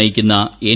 നയിക്കുന്ന എൻ